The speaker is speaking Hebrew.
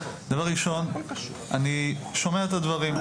דבר ראשון אני שומע את הדברים,